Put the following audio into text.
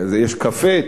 יש: קפה,